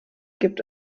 gibt